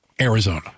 Arizona